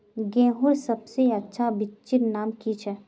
गेहूँर सबसे अच्छा बिच्चीर नाम की छे?